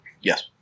Yes